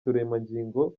turemangingo